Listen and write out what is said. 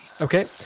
Okay